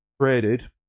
traded